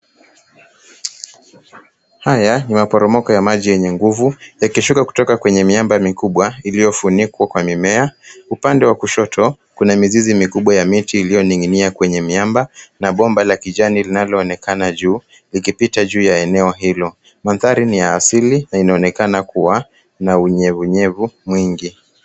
Haya ni maporomoko ya maji yenye nguvu, yakishuka kutoka kwenye miamba mikubwa iliyofunikwa kwa mimea. Upande wa kushoto, kuna mizizi mikubwa ya miti iliyoning'inia kwenye miamba na bomba la kijani linaloonekana juu likipita juu ya eneo hilo. Mandhari ni ya asili na inaonekana kuwa na unyevunyevu mwingi.